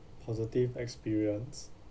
positive experience